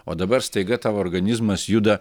o dabar staiga tavo organizmas juda